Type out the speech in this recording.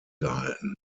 gehalten